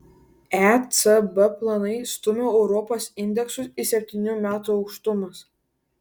ecb planai stumia europos indeksus į septynių metų aukštumas